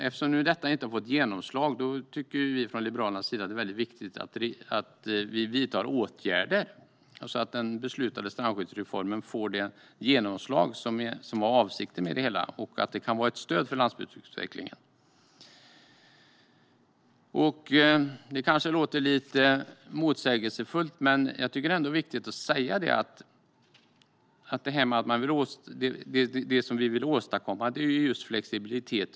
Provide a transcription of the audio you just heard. Eftersom detta inte har fått genomslag tycker vi i Liberalerna att det är viktigt att vidta åtgärder så att den beslutade strandskyddsreformen får det genomslag som var avsikten med det hela och att detta kan vara ett stöd för landsbygdsutvecklingen. Det låter kanske lite motsägelsefullt, men det är ändå viktigt att säga att det som vi vill åstadkomma är flexibilitet.